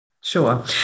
Sure